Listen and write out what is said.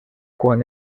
quan